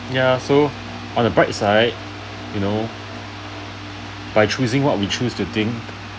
ya so on the bright side you know by choosing what we choose to think